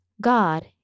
God